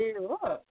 ए हो